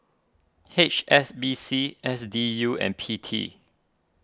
H S B C S D U and P T